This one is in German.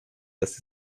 dass